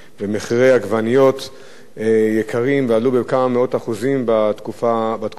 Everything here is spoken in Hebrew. העגבניות יקרים ועלו בכמה מאות אחוזים בתקופה האחרונה.